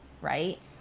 right